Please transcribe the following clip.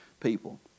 People